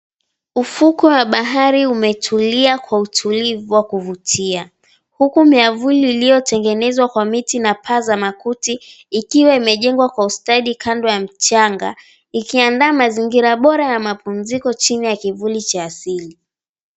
Ufukwe wa bahari umetulia kwa utulivu wa kuvutia. Huku miavuli iliyotengenezwa kwa miti na paa za makuti ikiwa imejengwa kwa ustadi kando ya mchanga, ikiandaa mazingira bora ya mapumziko chini ya kivuli cha asili.